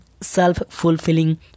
self-fulfilling